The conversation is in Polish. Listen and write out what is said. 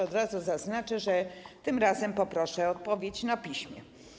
Od razu zaznaczę, że tym razem poproszę o odpowiedź na piśmie.